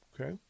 Okay